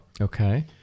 Okay